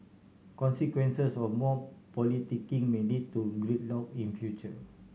consequences of more politicking may lead to gridlock in future